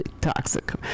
toxic